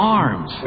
arms